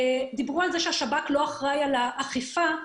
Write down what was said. דיברו על זה שהשב"כ לא אחראי על האכיפה,